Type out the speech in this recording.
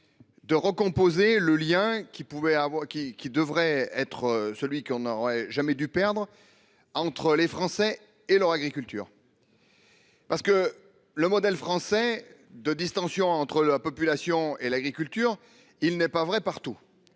avoir qui qui devrait être celui qu'on n'aurait jamais dû perdre entre les Français et leur agriculture. Parce que le modèle français de distensions entre la population et l'agriculture, il n'est pas vrai partout.